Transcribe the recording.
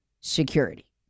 security